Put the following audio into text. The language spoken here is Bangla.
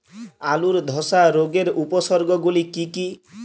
আলুর ধসা রোগের উপসর্গগুলি কি কি?